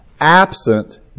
absent